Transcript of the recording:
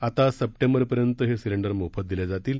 आता सप्टेंबरपर्यंत हे सिलेंडर मोफत दिले जातील